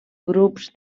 grups